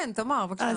כן, תמר, בבקשה.